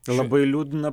labai liūdna